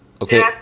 Okay